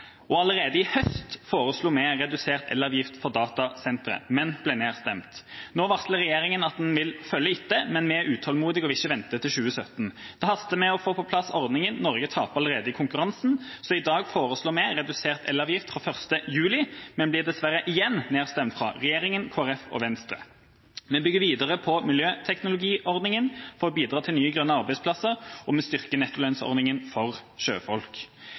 Allerede i høst foreslo vi redusert elavgift på datasentre, men ble nedstemt. Nå varsler regjeringa at den vil følge etter, men vi er utålmodige og vil ikke vente til 2016. Det haster med å få på plass ordningen – Norge taper allerede i konkurransen. Så i dag foreslår vi redusert elavgift fra 1. juli, men blir dessverre igjen nedstemt av regjeringa, Kristelig Folkeparti og Venstre. Vi bygger videre på miljøteknologiordningen for å bidra til nye grønne arbeidsplasser, og vi styrker nettolønnsordningen for sjøfolk.